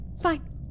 Fine